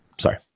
sorry